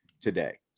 today